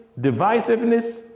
divisiveness